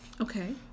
Okay